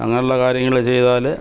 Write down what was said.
അങ്ങനെയുള്ള കാര്യങ്ങൾ ചെയ്താൽ